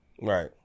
Right